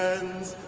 ends